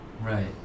right